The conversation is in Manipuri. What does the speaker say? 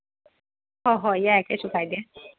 ꯍꯣꯏ ꯍꯣꯏ ꯌꯥꯏ ꯀꯩꯁꯨ ꯀꯥꯏꯗꯦ